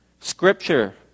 Scripture